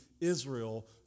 Israel